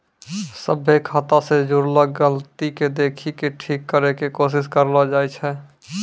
सभ्भे खाता से जुड़लो गलती के देखि के ठीक करै के कोशिश करलो जाय छै